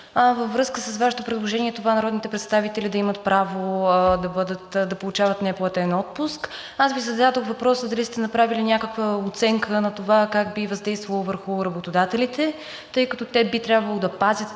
във връзка с Вашето предложение народните представители да имат право да получават неплатен отпуск. Аз Ви зададох въпроса дали сте направили някаква оценка на това как би въздействало върху работодателите, тъй като те би трябвало да пазят